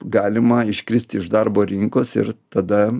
galima iškristi iš darbo rinkos ir tada